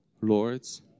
lords